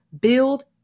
Build